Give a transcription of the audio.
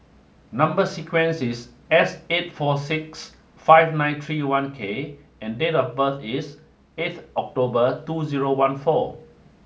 number sequence is S eight four six five nine three one K and date of birth is eighth October two zero one four